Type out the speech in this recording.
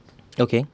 okay